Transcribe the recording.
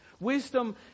Wisdom